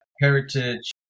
heritage